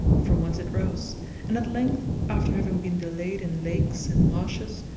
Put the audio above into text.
from whence it rose and at length, after having been delayed in lakes and marshes,